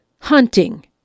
hunting